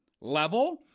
level